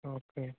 okay